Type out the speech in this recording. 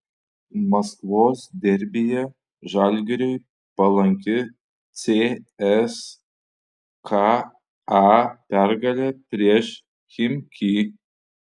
maskvos derbyje žalgiriui palanki cska pergalė prieš chimki